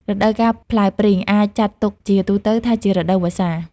រដូវកាលផ្លែព្រីង អាចចាត់ទុកជាទូទៅថាជា រដូវវស្សា។